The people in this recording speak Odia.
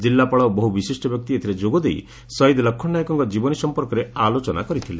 ଜିଲ୍ଲାପାଳ ଓ ବହୁ ବିଶିଷ୍ ବ୍ୟକ୍ତି ଏଥରେ ଯୋଗାଦେଇ ଶହୀଦ୍ ଲକ୍ଷ୍ମଣ ନାଏକଙ୍କ ଜୀବନୀ ସମ୍ପର୍କରେ ଆଲୋଚନା କରିଥିଲେ